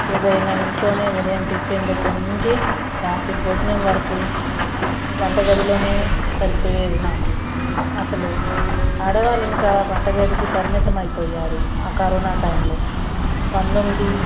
ఏదైన్నా ఇంట్లోనే ఉదయం టిఫిన్ దగ్గర నుంచి రాత్రి భోజనం వరకు వంట గదిలో సరిపోయేది నాకు అసలు ఆడవాళ్ళు ఇంక వంట గదికి పరిమితం అయిపోయారు ఆ కరోనా టైంలో పంతొమ్మిది